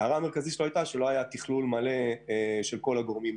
ההערה המרכזית הייתה שלא היה שיתוף של כל הגורמים.